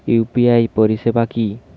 UPI পরিসেবা কি?